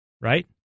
right